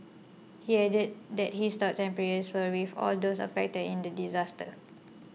he added that his thoughts and prayers were with all those affected in the disaster